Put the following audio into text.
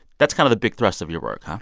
that's kind of the big thrust of your work, huh?